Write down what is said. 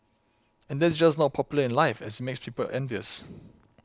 and that's just not popular in life as it makes people envious